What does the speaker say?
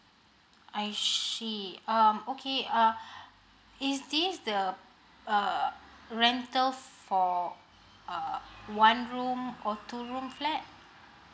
I see um okay err is this the uh rental for uh one room or two room flat